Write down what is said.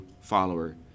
follower